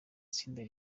itinda